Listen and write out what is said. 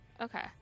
okay